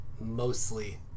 mostly